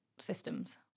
systems